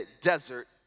desert